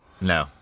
No